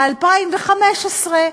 ב-2015,